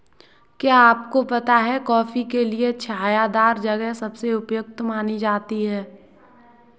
क्या आपको पता है कॉफ़ी के लिए छायादार जगह सबसे उपयुक्त मानी जाती है?